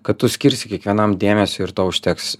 kad tu skirsi kiekvienam dėmesio ir to užteks